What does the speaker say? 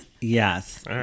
Yes